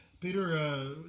Peter